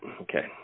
okay